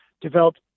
developed